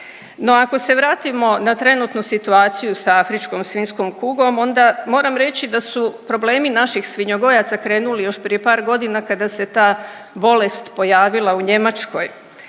No ako se vratimo na trenutnu situaciju sa afričkom svinjskom kugom, onda moram reći da su problemi naših svinjogojaca krenuli još prije par godina kada se ta bolest pojavila u Njemačkoj.